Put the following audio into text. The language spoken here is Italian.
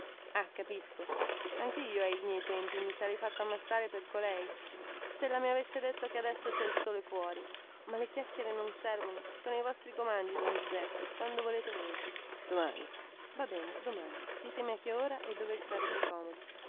ah capisco anchio ai miei tempi mi sarei fatto ammazzare per colei sella mi avesse detto che adesso cè il sole fuori ma le chiacchiere non servono sono ai vostri comandi don giuseppe quando volete voi domani va bene domani ditemi a che ora e dove vi farebbe comodo